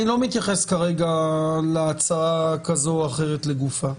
אני לא מתייחס כרגע להצעה כזו או אחרת לגופה.